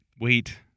wait